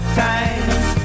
times